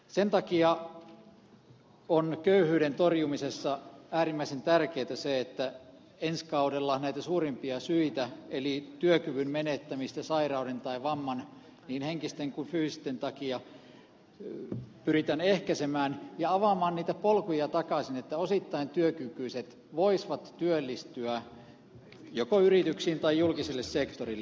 sen takia on köyhyyden torjumisessa äärimmäisen tärkeätä se että ensi kaudella pyritään näitä suurimpia syitä eli työkyvyn menettämistä sairauden tai vamman henkisen tai fyysisen takia ehkäisemään ja avaamaan uudestaan niitä polkuja että osittain työkykyiset voisivat työllistyä joko yrityksiin tai julkiselle sektorille